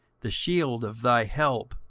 the shield of thy help,